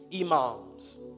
imams